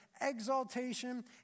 exaltation